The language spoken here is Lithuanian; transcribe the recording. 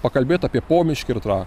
pakalbėt apie pomiškį ir tra